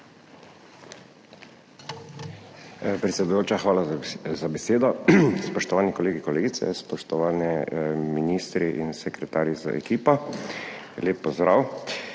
hvala za besedo. Spoštovani kolegi, kolegice, spoštovani ministri in sekretarji z ekipo, lep pozdrav!